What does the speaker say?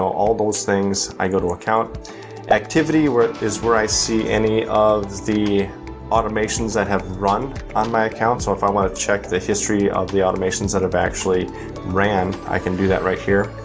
all those things, i go to account activity is where i see any of the automations that have run on my account. so if i wanna check the history of the automations that have actually ran, i can do that right here.